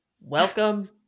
Welcome